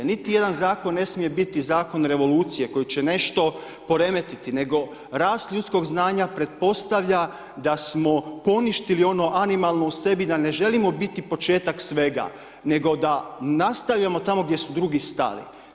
Niti jedan zakon ne smije biti zakon revolucije koji će nešto poremetiti, nego rast ljudskog znanja pretpostavlja da smo poništili ono animalno u sebi, da ne želimo biti početak svega nego da nastavljamo tamo gdje su drugi stali.